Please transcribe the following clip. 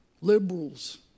liberals